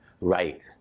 Right